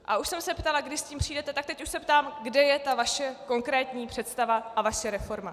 A už jsem se ptala, kdy s tím přijdete, tak teď už se ptám, kde je ta vaše konkrétní představa a vaše reforma.